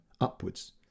upwards